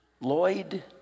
Lloyd